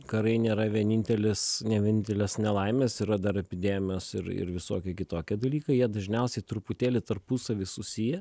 karai nėra vienintelis ne vienintelės nelaimės yra dar epidemijos ir ir visokie kitokie dalykai jie dažniausiai truputėlį tarpusavy susiję